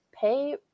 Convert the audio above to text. pay